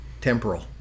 temporal